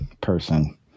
person